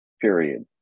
period